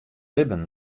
libben